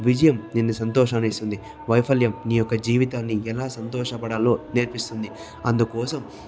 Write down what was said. విజయం నీకు సంతోషాన్నిస్తుంది వైఫల్యాన్ని నీ యొక్క జీవితాన్ని ఎలా సంతోషపడాలో నేర్పిస్తోంది అందుకోసం